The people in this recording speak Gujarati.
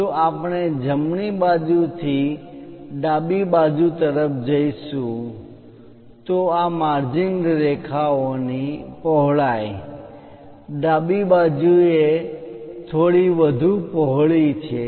જો આપણે જમણી બાજુ થી ડાબી બાજુ તરફ જોઈશુ તો આ માર્જિન રેખાઓની પહોળાઈ ડાબી બાજુ એ થોડી વઘુ પહોળી છે